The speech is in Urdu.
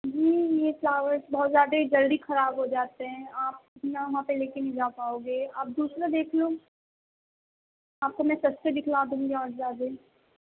جی یہ فلاورس بہت زیادہ ہی جلدی خراب ہو جاتے ہیں آپ نہ وہاں پہ لے کے نہیں جا پاؤگے آپ دوسرا دیکھ لو آپ کو میں سستے دکھلا دوں گی اور زیادہ